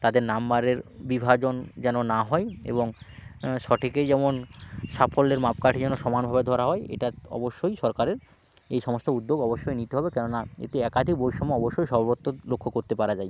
তাদের নাম্বারের বিভাজন যেন না হয় এবং সঠিকে যেমন সাফল্যের মাপকাঠি যেন সমানভাবে ধরা হয় এটাত অবশ্যই সরকারের এই সমস্ত উদ্যোগ অবশ্যই নিতে হবে কেননা এতে একাধিক বৈষম্য অবশ্যই সর্বত্র লক্ষ্য করতে পারা যায়